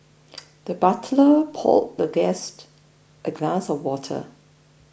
the butler poured the guest a glass of water